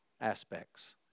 aspects